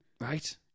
Right